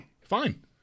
Fine